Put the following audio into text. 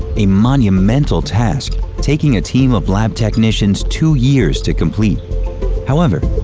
a monumental task, taking a team of lab technicians two years to complete however,